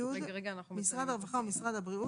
(י)משרד הרווחה ומשרד הבריאות,